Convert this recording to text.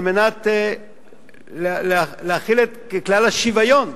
כדי להחיל את כלל השוויון,